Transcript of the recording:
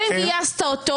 גם אם גייסת אותו,